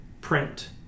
print